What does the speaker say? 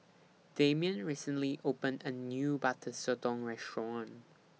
Damian recently opened A New Butter Sotong Restaurant